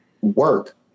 work